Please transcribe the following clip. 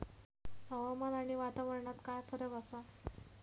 हवामान आणि वातावरणात काय फरक असा?